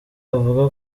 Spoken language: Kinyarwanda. avuga